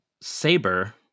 Saber